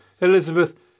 Elizabeth